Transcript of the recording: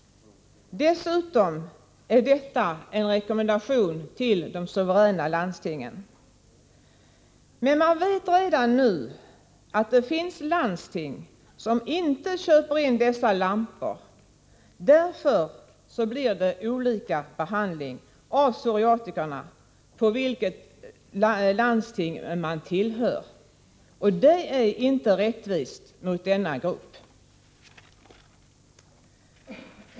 Dessutom är detta en rekommendation till de suveräna landstingen. Men man vet redan nu, att det finns landsting som inte köper in dessa lampor. Därför blir det olika behandling av psoriatikerna beroende på vilket landsting de tillhör, och det är inte rättvist mot denna grupp.